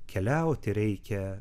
keliauti reikia